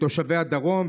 תושבי הדרום.